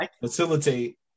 facilitate